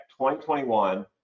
2021